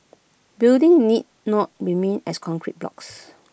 building need not remain as concrete blocks